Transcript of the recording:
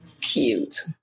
Cute